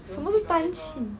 什么是丹气